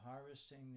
harvesting